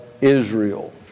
Israel